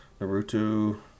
Naruto